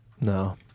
No